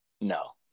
No